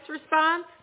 response